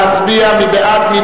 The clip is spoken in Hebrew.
נא להצביע, מי בעד?